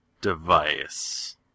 device